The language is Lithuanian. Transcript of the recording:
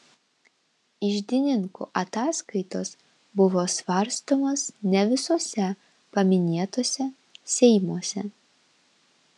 iždininkų ataskaitos buvo svarstomos ne visuose paminėtuose seimuose